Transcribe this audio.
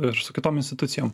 ir su kitom institucijom